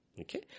Okay